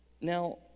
Now